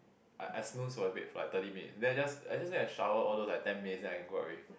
I I snooze for a bit for like thirty minute then I just I just go and shower all those like ten minute then I can go out already